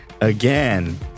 again